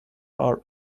are